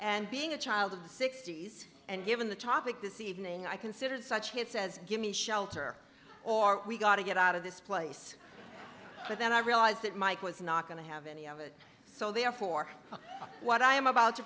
and being a child of the sixty's and given the topic this evening i considered such hits as gimme shelter or we gotta get out of this place but then i realized that mike was not going to have any of it so therefore what i am about to